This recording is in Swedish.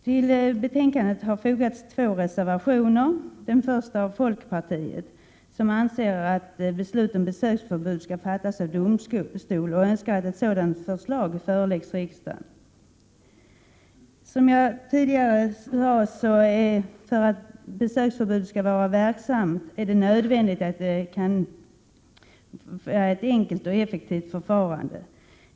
Till betänkandet har fogats två reservationer, den första av folkpartiet, som anser att beslut om besöksförbud skall fattas av domstol och önskar att ett sådant förslag föreläggs riksdagen. För att besöksförbudet skall vara verksamt är det som sagt nödvändigt med ett enkelt och effektivt förfarande.